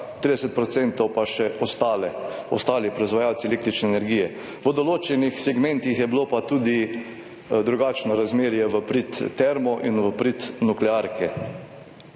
ostale ostali proizvajalci električne energije. V določenih segmentih je bilo pa tudi drugačno razmerje v prid Termo in v prid nuklearke.